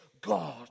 God